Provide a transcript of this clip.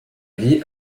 vit